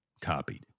copied